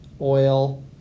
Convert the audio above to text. oil